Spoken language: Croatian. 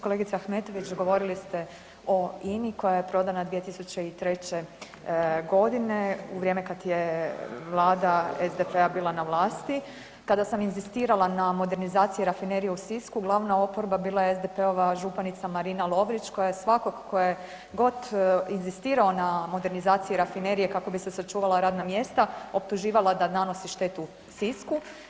Kolegice Ahmetović govorili ste o INI koja je prodana 2003. godine u vrijeme kad vlada SDP-a bila na vlasti, kada sam inzistirala na modernizaciji rafinerije u Sisku glavna oporba bila je SDP-ova Marina Lovrić koja je svakog tko je god inzistirao na modernizaciji rafinerije kako bi se sačuvala radna mjesta optuživala da nanosi štetu Sisku.